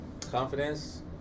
Confidence